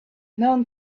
known